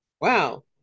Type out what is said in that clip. Wow